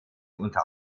unter